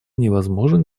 невозможен